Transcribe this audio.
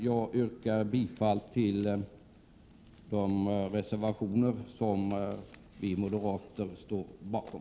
Jag yrkar bifall till de reservationer som vi moderater står bakom.